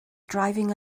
driving